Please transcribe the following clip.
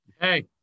Hey